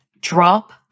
drop